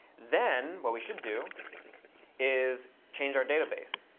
then what we should do is change our database,